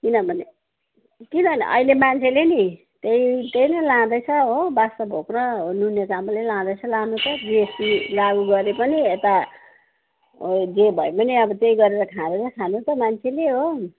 किनभने किनभने अहिले मान्छेले नि त्यही त्यही नै लाँदैछ हो बादसाह भोग र नुनिया चामलै लाँदैछ लानु त जिएसटी लागु गरे पनि यता जे भए पनि अब त्यही गरेर खाऊ खानु त मान्छेले हो